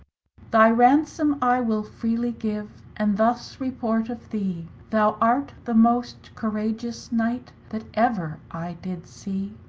thy ransom i will freely give, and thus report of thee, thou art the most couragious knight that ever i did see.